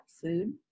food